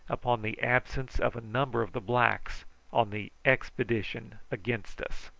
upon the absence of a number of the blacks on the expedition against us.